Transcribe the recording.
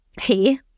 hey